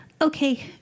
Okay